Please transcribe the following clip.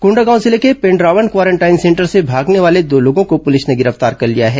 कोंडागांव जिले के Pendrawan quarantine center से भागने वाले दो लोगों को पुलिस ने गिरफ्तार कर लिया है